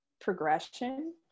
progression